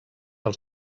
del